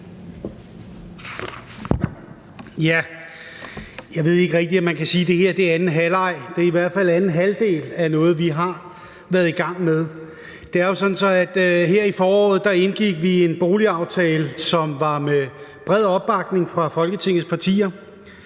Jeg ved ikke rigtig, om man kan sige, at det her er anden halvleg. Det er i hvert fald anden halvdel af noget, vi har været i gang med. Det er jo sådan, at vi her i foråret indgik en boligaftale, som var med bred opbakning fra Folketingets partier.